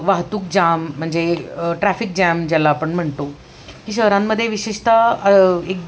वाहतूक जॅम म्हणजे traffic jam ज्याला आपण म्हणतो की शहरांमध्ये विशेषत एक